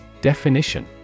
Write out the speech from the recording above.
Definition